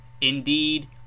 Indeed